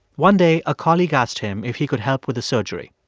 one day, a colleague asked him if he could help with a surgery.